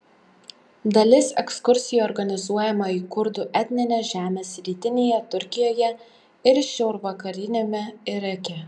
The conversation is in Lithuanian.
dalis ekskursijų organizuojama į kurdų etnines žemes rytinėje turkijoje ir šiaurvakariniame irake